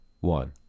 one